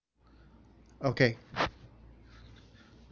okay